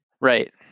Right